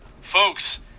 folks